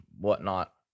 whatnot